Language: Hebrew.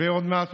ועוד מעט,